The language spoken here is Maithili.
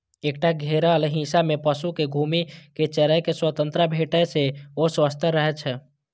एकटा घेरल हिस्सा मे पशु कें घूमि कें चरै के स्वतंत्रता भेटै से ओ स्वस्थ रहै छै